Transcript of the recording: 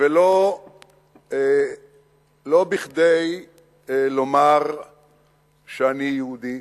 ולא כדי לומר שאני יהודי,